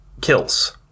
kills